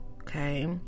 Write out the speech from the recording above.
okay